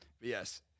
Yes